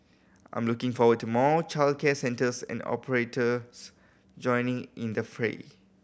I'm looking forward to more childcare centres and operators joining in the fray